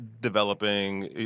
developing